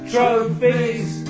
Trophies